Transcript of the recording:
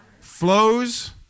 flows